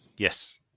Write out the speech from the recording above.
Yes